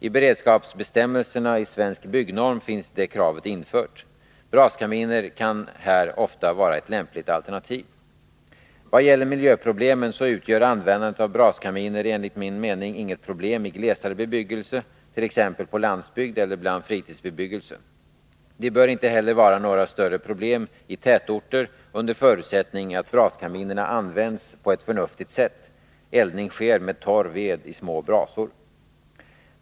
I beredskapsbestämmelserna i Svensk byggnorm finns det kravet infört. Braskaminer kan här ofta vara ett lämpligt alternativ. Vad gäller miljöproblemen, så utgör användandet av braskaminer enligt min mening inget problem i glesare bebyggelse, t.ex. på landsbygd eller bland fritidsbebyggelse. De bör inte heller vara några större problem i tätorter under förutsättning att braskaminerna används på ett förnuftigt sätt — eldning sker med torr ved i små brasor.